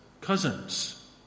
cousins